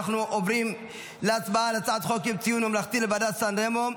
אנחנו עוברים להצבעה על הצעת חוק יום ציון ממלכתי לוועדת סן רמו,